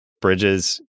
Bridges